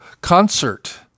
concert